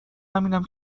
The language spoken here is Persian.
همینم